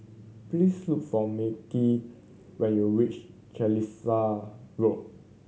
please look for Markel when you reach Carlisle Road